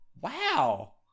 Wow